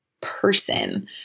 person